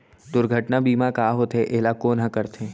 दुर्घटना बीमा का होथे, एला कोन ह करथे?